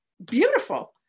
beautiful